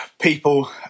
people